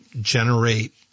generate